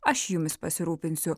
aš jumis pasirūpinsiu